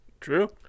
True